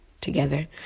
together